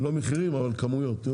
לא מחירים אבל כמויות, תיאום